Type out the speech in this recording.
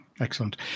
Excellent